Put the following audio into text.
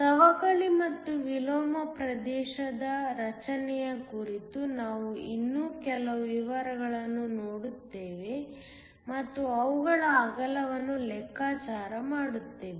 ಸವಕಳಿ ಮತ್ತು ವಿಲೋಮ ಪ್ರದೇಶದ ರಚನೆಯ ಕುರಿತು ನಾವು ಇನ್ನೂ ಕೆಲವು ವಿವರಗಳನ್ನು ನೋಡುತ್ತೇವೆ ಮತ್ತು ಅವುಗಳ ಅಗಲವನ್ನು ಲೆಕ್ಕಾಚಾರ ಮಾಡುತ್ತೇವೆ